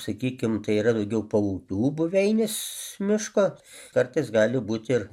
sakykim tai yra daugiau paupių buveinės miško kartais gali būt ir